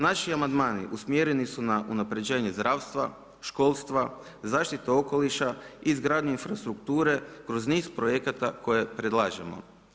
Naši amandmani usmjereni su na unapređenje zdravstva, školstva, zaštite okoliša, izgradnju infrastrukture kroz niz projekata koje predlažemo.